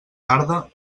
tarda